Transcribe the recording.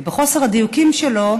וחוסר הדיוקים שלו